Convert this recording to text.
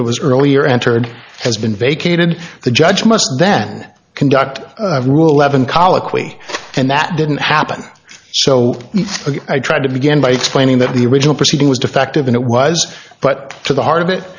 that was earlier entered has been vacated the judge must then conduct ruhleben colloquy and that didn't happen so i tried to begin by explaining that the original proceeding was defective and it was but to the heart of it